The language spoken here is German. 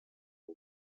mit